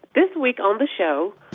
this week on the show,